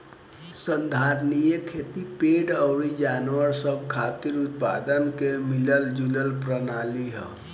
संधारनीय खेती पेड़ अउर जानवर सब खातिर उत्पादन के मिलल जुलल प्रणाली ह